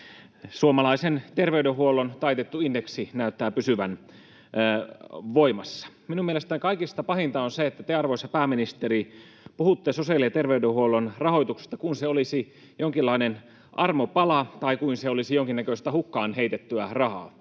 Suomalaisen terveydenhuollon taitettu indeksi näyttää pysyvän voimassa. Minun mielestäni kaikista pahinta on se, että te, arvoisa pääministeri, puhutte sosiaali- ja terveydenhuollon rahoituksesta kuin se olisi jonkinlainen armopala tai kuin se olisi jonkinnäköistä hukkaan heitettyä rahaa.